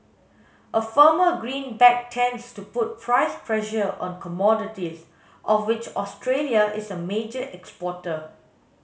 a firmer greenback tends to put price pressure on commodities of which Australia is a major exporter